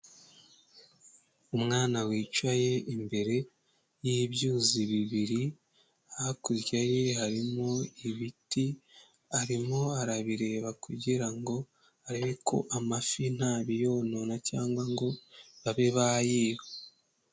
Umwana wicaye imbere y'ibyuzi bibiri, hakurya ye harimo ibiti, arimo arabireba kugira ngo arebe ko amafi nta biyonona cyangwa ngo babe bayiba.